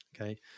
Okay